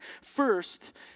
First